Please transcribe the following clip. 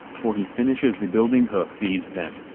for he finishes the building who feeds them.